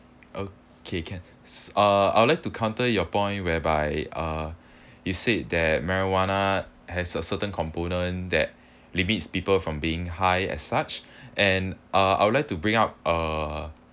okay can uh I would like to counter your point whereby uh you said that marijuana has a certain component that limits people from being high as such and uh I would like to bring up uh